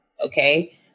Okay